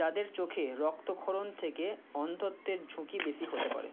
যাদের চোখে রক্তক্ষরণ থেকে অন্ধত্বের ঝুঁকি বেশি হতে পারে